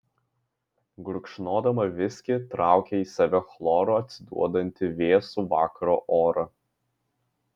gurkšnodama viskį traukė į save chloru atsiduodantį vėsų vakaro orą